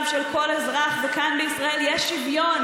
של כל אזרח וכאן בישראל יש שוויון?